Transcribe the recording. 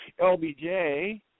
LBJ